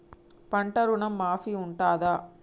పంట ఋణం మాఫీ ఉంటదా?